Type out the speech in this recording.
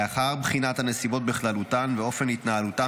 לאחר בחינת הנסיבות בכללותן ואופן התנהלותם